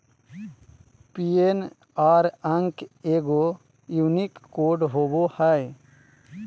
PNR अंक एगो unique code होबो हइ